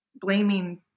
blaming